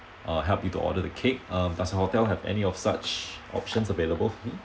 uh help you to order the cake um does the hotel have any of such options available mm